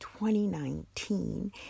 2019